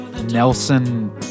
Nelson